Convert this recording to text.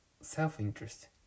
self-interest